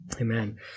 Amen